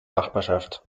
nachbarschaft